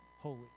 holy